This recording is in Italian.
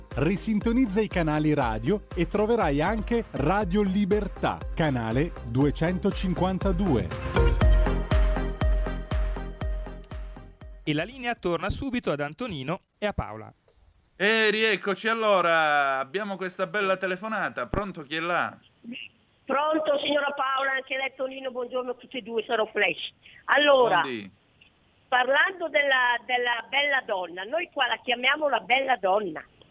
Risintonizza i canali radio e troverai anche Radio Libertà, canale 252. E la linea torna subito ad Antonino e a Paola. Eh, rieccoci allora. Abbiamo questa bella telefonata. Pronto chi è là? Pronto, signora Paola, anche lei, Tonino, buongiorno a tutti e due, sono Flash. Allora, Buondì. parlando della- della bella donna, noi qua la chiamiamo la bella donna.